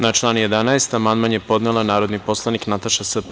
Na član 11. amandman je podnela narodni poslanik Nataša Sp.